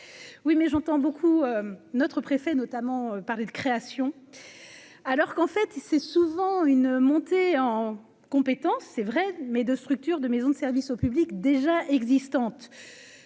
oui, mais j'entends beaucoup notre préfet notamment parler de création, alors qu'en fait il, c'est souvent une montée en compétence, c'est vrai, mais de structures de maisons de service au public déjà existantes,